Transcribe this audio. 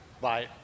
Bye